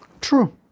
True